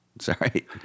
sorry